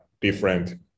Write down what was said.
different